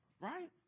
Right